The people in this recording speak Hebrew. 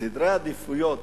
סדרי העדיפויות